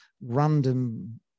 random